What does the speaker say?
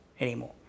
anymore